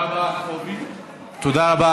תודה רבה.